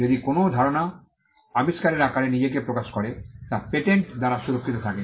যদি কোনও ধারণা আবিষ্কারের আকারে নিজেকে প্রকাশ করে তবে তা পেটেন্ট দ্বারা সুরক্ষিত থাকে